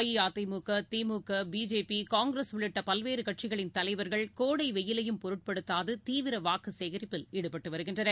AIADMK DMK BJP Congress உள்ளிட்டபல்வேறுகட்சிகளின் தலைவர்கள் கோடைவெயிலையும் பொருட்படுத்தாது தீவிரவாக்குசேகரிப்பில் ஈடுபட்டுவருகின்றனர்